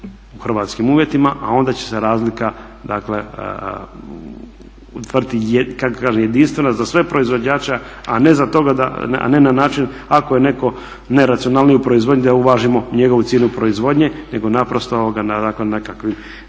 u hrvatskim uvjetima a onda će se razlika dakle utvrdi, kako da kažem jedinstveno za sve proizvođače a ne za toga, a ne na način ako je netko neracionalniji u proizvodnji da uvažimo njegovu cijenu proizvodnje nego naprosto nekakvim